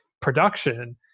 production